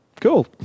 cool